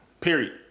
Period